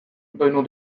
doinu